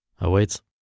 awaits